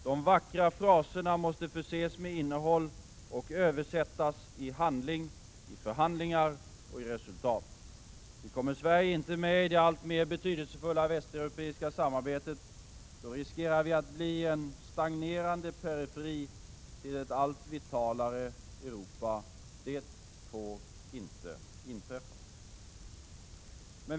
De vackra fraserna måste förses med innehåll och översättas i handling, förhandlingar och resultat. Ty kommer Sverige inte med i det alltmer betydelsefulla västeuropeiska samarbetet, riskerar vi att bli en stagnerande periferi till ett allt vitalare Europa. Det får inte inträffa.